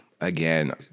again